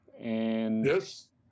Yes